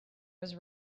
was